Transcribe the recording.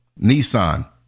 Nissan